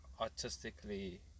artistically